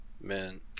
Man